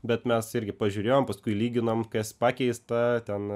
bet mes irgi pažiūrėjom paskui lyginom kas pakeista ten